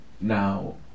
Now